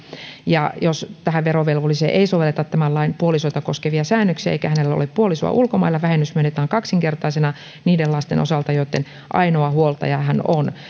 ja jos verovelvolliseen ei sovelleta tämän lain puolisoita koskevia säännöksiä eikä hänellä ole puolisoa ulkomailla vähennys myönnetään kaksinkertaisena niiden lasten osalta joitten ainoa huoltaja hän on